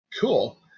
Cool